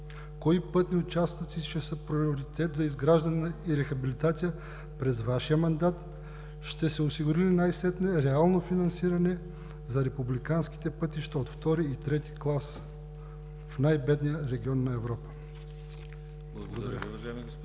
Кои пътни участъци ще са приоритет за изграждане и рехабилитация през Вашия мандат? Ще се осигури ли най-сетне реално финансиране за републиканските пътища от втори и трети клас в най-бедния регион на Европа? Благодаря.